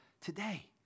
today